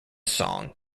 song